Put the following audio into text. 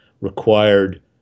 required